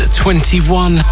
21